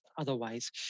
otherwise